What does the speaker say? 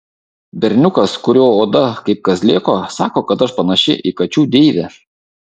berniukas kurio oda kaip kazlėko sako kad aš panaši į kačių deivę